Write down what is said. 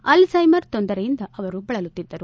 Alzheimer ತೊಂದರೆಯಿಂದ ಅವರು ಬಳಲುತ್ತಿದ್ದರು